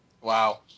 Wow